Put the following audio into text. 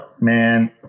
man